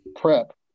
prep